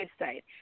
website